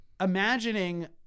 Imagining –